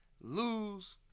Lose